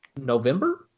November